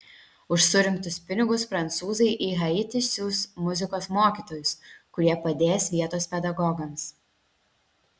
už surinktus pinigus prancūzai į haitį siųs muzikos mokytojus kurie padės vietos pedagogams